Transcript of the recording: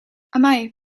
amai